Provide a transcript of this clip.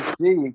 See